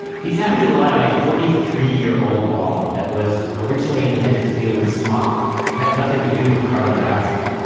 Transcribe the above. he's having to rely on a forty three year old law that was originally intended to deal with smog. it had nothing to do with carbon dioxide.